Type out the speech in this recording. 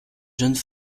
jeunes